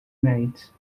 nights